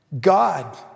God